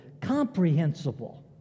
comprehensible